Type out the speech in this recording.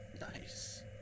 nice